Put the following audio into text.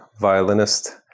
violinist